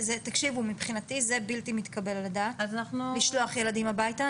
מבחינתי זה בלתי מתקבל הדעת לשלוח ילדים הביתה.